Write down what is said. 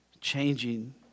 changing